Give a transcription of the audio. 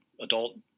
adult